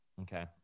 Okay